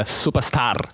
superstar